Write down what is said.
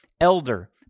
elder